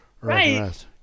Right